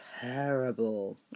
terrible